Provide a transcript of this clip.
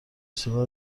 صدا